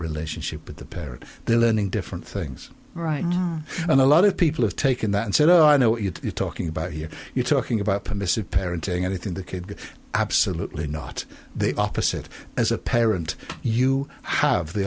relationship with the parent they're learning different things right and a lot of people have taken that and said oh i know what you're talking about here you're talking about permissive parenting anything the kid absolutely not the opposite as a parent you have the